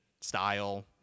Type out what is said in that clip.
style